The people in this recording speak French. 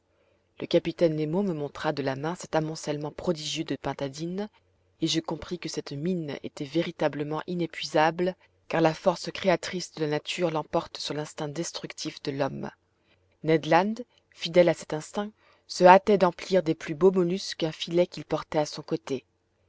le capitaine nemo me montra de la main cet amoncellement prodigieux de pintadines et je compris que cette mine était véritablement inépuisable car la force créatrice de la nature l'emporte sur l'instinct destructif de l'homme ned land fidèle a cet instinct se hâtait d'emplir des plus beaux mollusques un filet qu'il portait à son côté